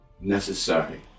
necessary